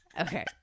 Okay